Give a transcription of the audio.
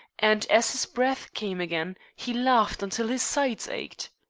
and, as his breath came again, he laughed until his sides ached.